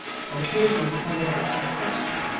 and occasionally thundered out some question,